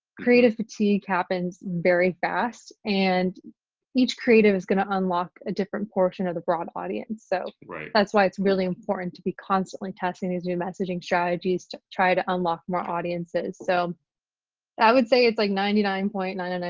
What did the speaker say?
creative fatigue happens very fast and each creative is gonna unlock a different portion of the broad audience. so that's why it's really important to be constantly testing these new messaging strategies to try to unlock more audiences. so i would say it's like ninety nine point nine and